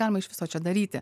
galima iš viso čia daryti